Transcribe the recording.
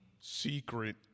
secret